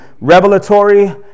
revelatory